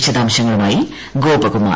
വിശദാംശങ്ങളുമായി ഗോപകുമാർ